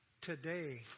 today